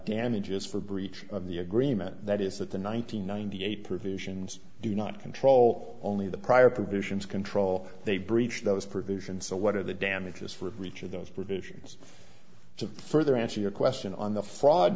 damages for breach of the agreement that is that the nine hundred ninety eight provisions do not control only the prior provisions control they breached those provisions so what are the damages for breach of those provisions to further answer your question on the fraud